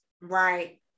Right